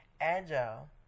Agile